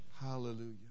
Hallelujah